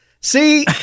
see